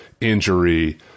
injury